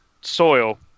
soil